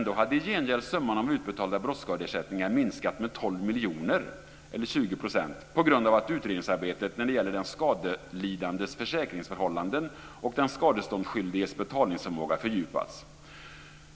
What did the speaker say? Då hade i gengäld summan för utbetalda brottsskadeersättningar minskat med 12 miljoner eller 20 % på grund av att utredningsarbetet vad gäller den skadelidandes försäkringsförhållanden och den skadeståndsskyldiges betalningsförmåga fördjupats.